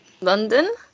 London